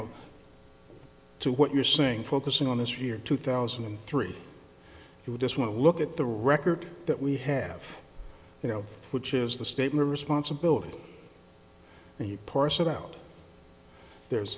know to what you're saying focusing on this year two thousand and three you just want to look at the record that we have you know which is the statement of responsibility and he parse it out there's